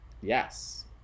Yes